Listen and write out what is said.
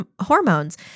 hormones